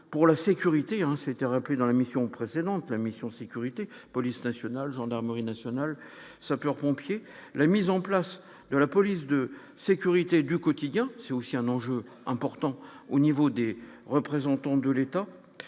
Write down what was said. pour la sécurité, un, c'était un peu dans l'émission précédente la mission sécurité police nationale Gendarmerie nationale, sapeurs-pompiers, la mise en place de la police de sécurité du quotidien, c'est aussi un enjeu important au niveau des représentants de l'État